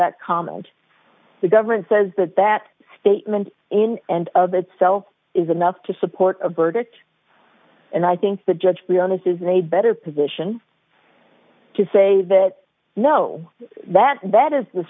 that comment the government says that that statement in and of itself is enough to support of verdict and i think the judge leon is a better position to say that no that that is the